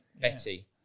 Betty